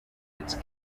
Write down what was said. its